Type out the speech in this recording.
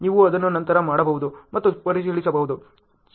ನೀವು ಅದನ್ನು ನಂತರ ಮಾಡಬಹುದು ಮತ್ತು ಪರಿಶೀಲಿಸಬಹುದು